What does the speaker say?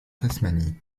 tasmanie